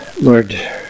Lord